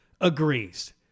agrees